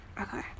Okay